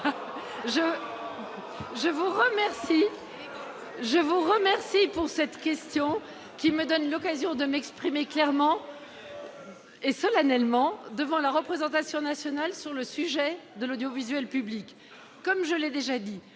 je vous remercie pour cette question qui me donne l'occasion de m'exprimer clairement et solennellement devant la représentation nationale sur le sujet de l'audiovisuel public. Comme je l'ai déjà dit,